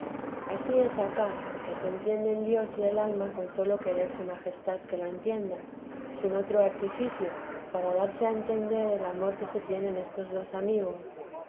ansí es acá que se entienden dios y el alma con sólo querer su majestad que lo entienda sin otro artificio para darse a entender el amor que se tienen estos dos amigos